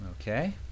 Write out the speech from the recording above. Okay